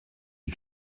you